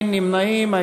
אין נמנעים.